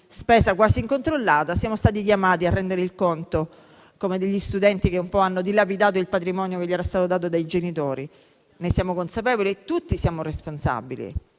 spesa quasi incontrollata, siamo stati chiamati a rendere conto, come degli studenti che un po' hanno dilapidato il patrimonio che gli era stato dato dai genitori: ne siamo consapevoli e tutti siamo responsabili.